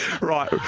Right